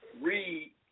read